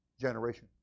generation